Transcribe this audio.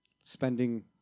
spending